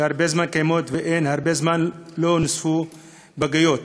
שהרבה זמן קיימות והרבה זמן לא נוספו פגיות.